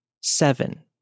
Seven